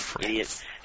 Idiot